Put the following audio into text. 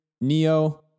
neo